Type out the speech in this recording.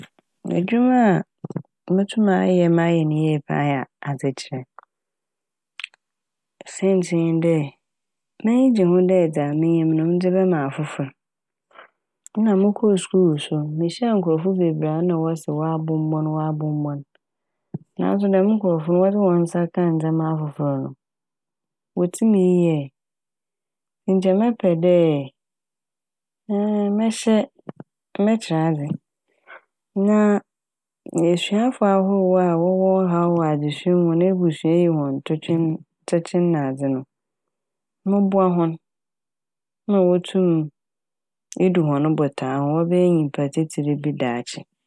Edwuma a motum mayɛ na mayɛ ne yie paa yɛ a- adzekyerɛ saintsir nye dɛ m'enyi gye ho dɛ dza minyim no medze bɛma afofor. Nna mokɔɔ skuul so mihyia nkorɔfo bebree a nna wɔse wɔabonbɔn wɔabonbɔn naaso dɛm nkorɔfo no wɔdze hɔn nsa kaa ndzɛma afofor no wotsiimi yɛe nkyɛ mɛpɛ dɛ mɛhyɛ mɛtry ahwɛ na a esuafo ahorow a wɔwɔ haw wɔ adzesua mu hɔn ebusua eyi hɔn totwen -tokyen nadze no moboa hɔn mma wotum edu hɔn botaa ho wɔbɛyɛ nyimpa tsitsir bi daakye.